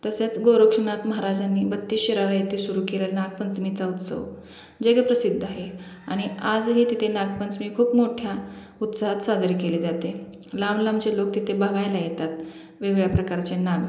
तसंच गोरखनाथ महाराजांनी बत्तीस शिराळा इथे सुरु केलेला नागपंचमीचा उत्सव जगप्रसिद्ध आहे आणि आजही तिथे नागपंचमी खूप मोठ्या उत्साहात साजरी केली जाते लांबलांबचे लोक तिथे बघायला येतात वेगवेगळ्या प्रकारचे नाग